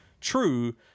true